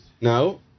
No